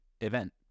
event